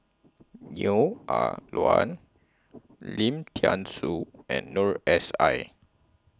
Neo Ah Luan Lim Thean Soo and Noor S I